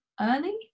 early